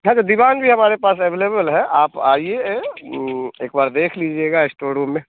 हाँ तो दीवान भी है हमारे पास एवेलेबल है आप आइए एक बार देख लीजिएगा स्टोर रूम में